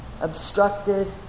obstructed